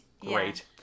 great